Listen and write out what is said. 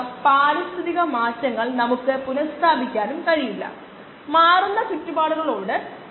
പരിഹാര പ്രക്രിയയിൽ മാത്രം ഞാൻ എന്റെ ഉത്തരങ്ങൾ മനപൂർവ്വം പരിശോധിച്ചിട്ടില്ല